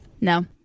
no